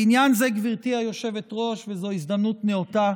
בעניין זה, גברתי היושבת-ראש, וזו הזדמנות נאותה